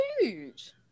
huge